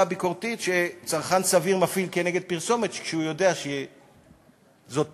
הביקורתית שצרכן סביר מפעיל כנגד פרסומת כשהוא יודע שזאת פרסומת.